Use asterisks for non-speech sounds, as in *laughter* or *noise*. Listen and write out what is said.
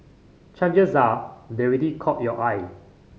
*unintelligible* are they already caught your eye